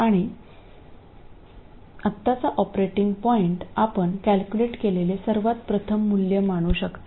आणि आत्ताचा operating point आपण कॅल्क्युलेट केलेले सर्वात प्रथम मूल्य मानू शकता